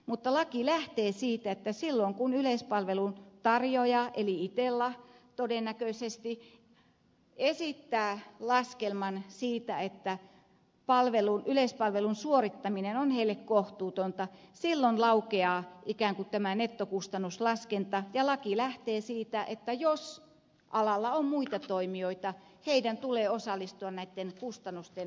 mutta laki lähtee siitä että silloin kun yleispalvelun tarjoaja eli todennäköisesti itella esittää laskelman siitä että yleispalvelun suorittaminen on heille kohtuutonta laukeaa ikään kuin tämä nettokustannuslaskenta ja laki lähtee siitä että jos alalla on muita toimijoita heidän tulee osallistua näitten kustannusten maksamiseen